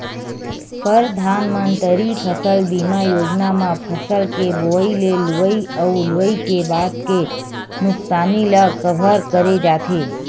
परधानमंतरी फसल बीमा योजना म फसल के बोवई ले लुवई अउ लुवई के बाद के नुकसानी ल कभर करे जाथे